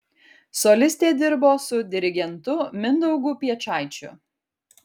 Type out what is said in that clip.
solistė dirbo su dirigentu mindaugu piečaičiu